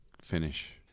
finish